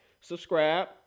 subscribe